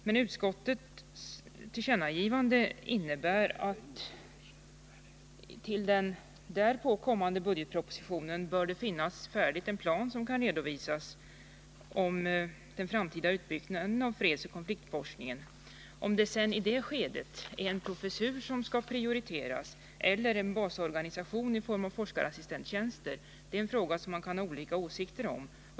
Men utskottets tillkännagivande innebär att det i samband med den därpå kommande budgetpropositionen bör kunna föreligga en plan med redovisning av den framtida utbyggnaden av fredsoch konfliktforskningen. Om det i det skedet är en professur som skall prioriteras eller en basorganisation i form av forskarassistenttjänster är en fråga som man kan ha olika åsikter om. BI.